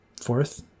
fourth